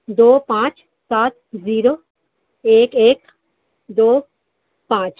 دو پانچ سات زیرو ایک ایک دو پانچ